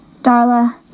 Darla